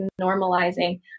normalizing